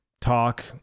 talk